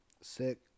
Sick